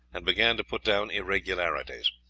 and began to put down irregularities.